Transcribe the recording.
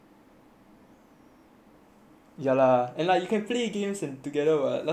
ya lah and like you can play games and together [what] last time we used to go out play mahjong [what]